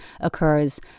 occurs